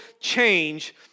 change